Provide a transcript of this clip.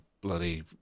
bloody